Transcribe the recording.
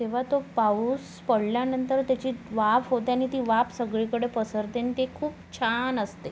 तेव्हा तो पाऊस पडल्यानंतर त्याची वाफ होते आणि ती वाफ सगळीकडे पसरते अन् ते खूप छान असते